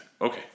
Okay